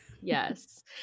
Yes